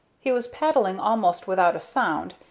he was paddling almost without a sound,